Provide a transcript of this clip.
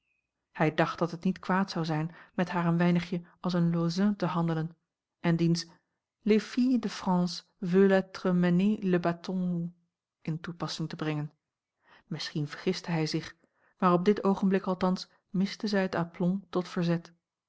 hij dacht dat het niet kwaad zou zijn met haar een weinigje als een lauzun te handelen en diens les filles de france veulent être mênées le bâton haut a l g bosboom-toussaint langs een omweg in toepassing te brengen misschien vergiste hij zich maar op dit oogenblik althans miste zij het aplomb tot verzet